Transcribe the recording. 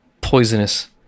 poisonous